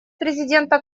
президента